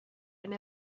and